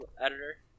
editor